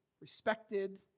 respected